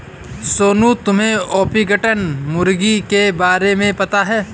सोनू, तुम्हे ऑर्पिंगटन मुर्गी के बारे में पता है?